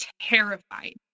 terrified